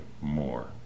more